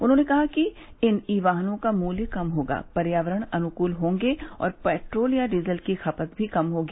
उन्होंने कहा कि इन ई वाहनों का मूल्य कम होगा पर्यावरण अनुकूल होंगे और पेट्रोल या डीजल की खपत भी कम होगी